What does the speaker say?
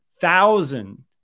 thousand